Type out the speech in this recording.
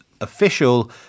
official